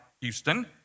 Houston